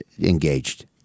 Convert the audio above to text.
engaged